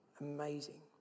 Amazing